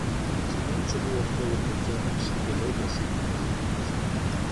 seniau čia buvo kolūkio fermos vėliau dažų fabrikas